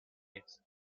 its